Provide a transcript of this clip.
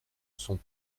sont